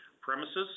premises